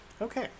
Okay